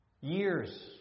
Years